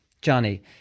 Johnny